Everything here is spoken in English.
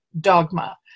dogma